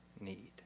need